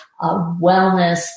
wellness